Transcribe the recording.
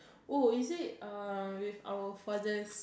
oh is it uh with our father